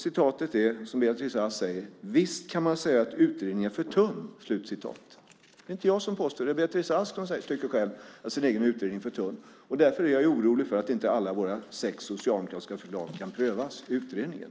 Citatet av vad Beatrice Ask säger är: "Visst kan man säga att utredningen är för tunn ." Det är inte jag som påstår det, utan det är Beatrice Ask som själv tycker att den egna utredningen är för tunn. Därför är jag orolig för att inte alla våra sex socialdemokratiska förslag kan prövas i utredningen.